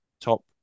top